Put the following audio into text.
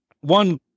one